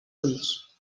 ulls